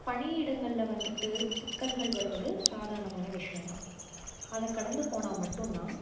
பணி இடங்களில் வந்துட்டு சிக்கல்கள் வருவது சாதாரணமான விஷயந்தான் அதை கடந்து போனால் மட்டும்தான்